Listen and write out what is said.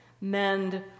mend